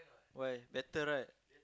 why better right